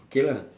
okay lah